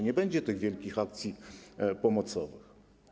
Nie będzie wielkich akcji pomocowych.